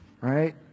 right